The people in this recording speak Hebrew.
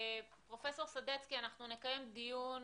פרופסור סדצקי, אנחנו נקיים דיון